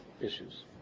issues